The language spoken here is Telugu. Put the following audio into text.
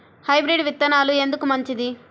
హైబ్రిడ్ విత్తనాలు ఎందుకు మంచిది?